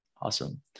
Awesome